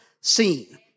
seen